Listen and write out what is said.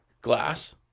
glass